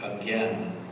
again